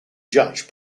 judge